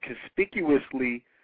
conspicuously